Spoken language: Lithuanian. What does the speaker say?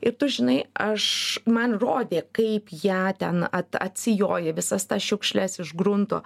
ir tu žinai aš man rodė kaip ją ten at atsijoja visas tas šiukšles iš grunto